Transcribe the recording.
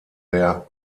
der